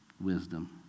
wisdom